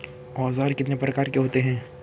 औज़ार कितने प्रकार के होते हैं?